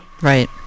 Right